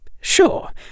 sure